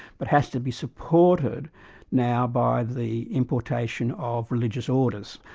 but has to be supported now by the importation of religious orders.